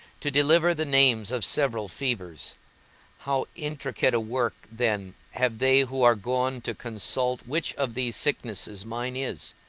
to deliver the names of several fevers how intricate a work then have they who are gone to consult which of these sicknesses mine is,